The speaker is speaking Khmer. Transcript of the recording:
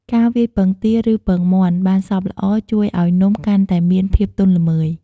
ការវាយពងទា ឬពងមាន់បានសព្វល្អ ជួយឱ្យនំកាន់តែមានភាពទន់ល្មើយ។